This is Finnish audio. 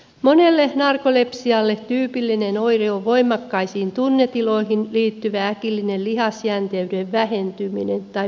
monelle narkoleptikolle tyypillinen oire on voimakkaisiin tunnetiloihin liittyvä äkillinen lihasjänteyden vähentyminen tai pettäminen